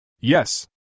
Yes